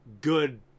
good